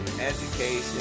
education